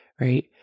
right